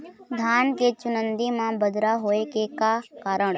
धान के चुन्दी मा बदरा होय के का कारण?